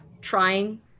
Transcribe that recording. trying